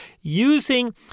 using